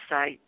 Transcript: site